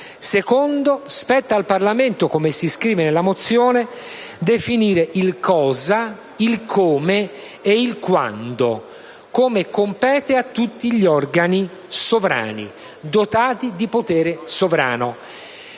luogo spetta al Parlamento, come si scrive nella mozione, definire il «cosa», il «come» e il «quando», come compete a tutti gli organi sovrani, dotati di potere sovrano.